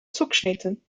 zugeschnitten